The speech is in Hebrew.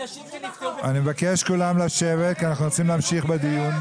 אנשים ש --- אני מבקש מכולם לשבת כי אנחנו רוצים להמשיך בדיון.